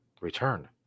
Return